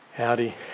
Howdy